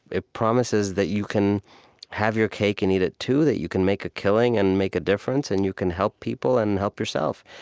it promises that you can have your cake and eat it too, that you can make a killing and make a difference, and you can help people and help yourself.